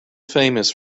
famous